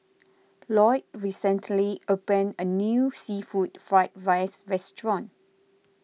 Loyd recently opened a new Seafood Fried Rice restaurant